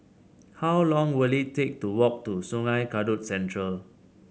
how long will it take to walk to Sungei Kadut Central